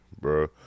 bro